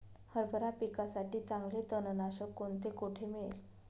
हरभरा पिकासाठी चांगले तणनाशक कोणते, कोठे मिळेल?